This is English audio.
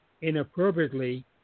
inappropriately